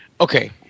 Okay